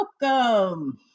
Welcome